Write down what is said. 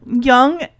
young